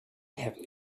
have